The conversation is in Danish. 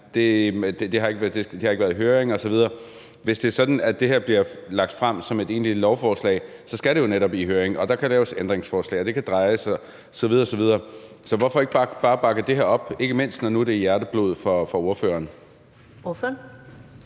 at det ikke har været i høring osv. Hvis det er sådan, at det her bliver lagt frem som et egentligt lovforslag, så skal det jo netop i høring, og der kan laves ændringsforslag, og det kan drejes osv. osv. Så hvorfor ikke bare bakke det her op, ikke mindst når det nu er hjerteblod for ordføreren?